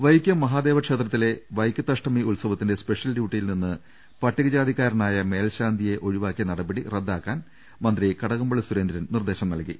വൈക്കം മഹാദേവ ക്ഷേത്രത്തിലെ വൈക്കുട്ടിഷ്ടമി ഉത്സവ ത്തിന്റെ സ്പെഷ്യൽ ഡ്യൂട്ടിയിൽ നിന്ന് പട്ടികജാതിക്കാരനായ മേൽശാന്തിയെ ഒഴിവാക്കിയ നടപടി റദ്ദാക്കാ്ൻ മന്ത്രീ കടകംപളളി സുരേന്ദ്രൻ നിർദേശം നൽകി